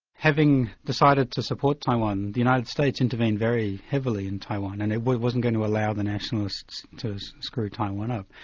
having decided to support taiwan, the united states intervened very heavily in taiwan, and wasn't going to allow the nationalists to screw taiwan up.